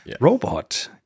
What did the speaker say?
robot